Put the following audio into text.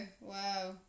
wow